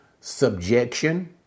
subjection